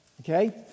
okay